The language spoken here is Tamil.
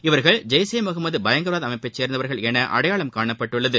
இவர்கள் ஜெய்ஷே முஹமது பயங்கரவாத அமைப்பை சேர்ந்தவர்கள் என அடையாளம் காணப்பட்டுள்ளது